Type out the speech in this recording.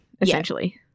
Essentially